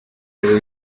uyu